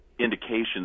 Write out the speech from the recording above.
indications